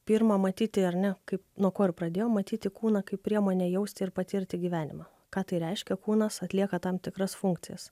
pirma matyti ar ne kaip nuo ko ir pradėjau matyti kūną kaip priemonę jausti ir patirti gyvenimą ką tai reiškia kūnas atlieka tam tikras funkcijas